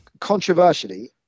controversially